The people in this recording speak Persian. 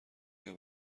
ایا